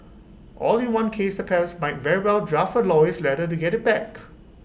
all in one case the parents might very well draft A lawyers letter to get IT back